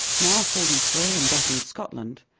now forty three and back in scotland,